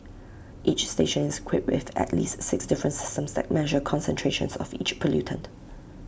each station is equipped with at least six different systems that measure concentrations of each pollutant